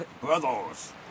Brothers